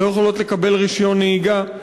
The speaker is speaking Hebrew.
הן לא יכולות לקבל רישיון נהיגה.